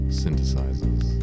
synthesizers